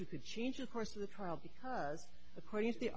e could change of course of the trial because according to the